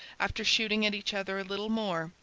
after shooting at each other a little more,